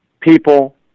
people